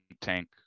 tank